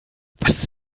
was